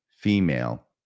female